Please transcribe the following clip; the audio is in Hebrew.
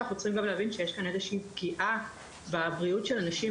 אנחנו צריכים גם להבין שיש כאן גם איזה שהיא פגיעה בבריאות של נשים.